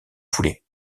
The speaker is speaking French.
foulée